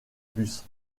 bus